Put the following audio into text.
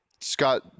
Scott